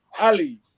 Ali